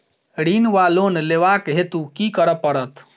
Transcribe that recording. ऋण वा लोन लेबाक हेतु की करऽ पड़त?